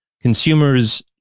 Consumers